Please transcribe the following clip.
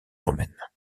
romaine